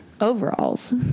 overalls